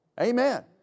Amen